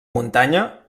muntanya